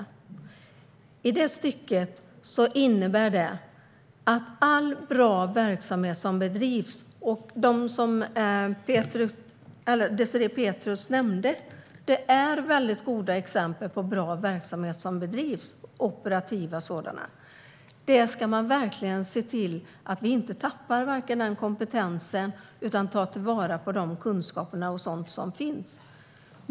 Det innefattar all bra verksamhet som bedrivs, och de som Désirée Pethrus nämnde är goda exempel på bra operativa verksamheter. Vi ska se till att inte tappa den kompetensen utan ta till vara den kunskap med mera som finns.